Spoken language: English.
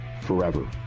forever